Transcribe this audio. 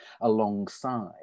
alongside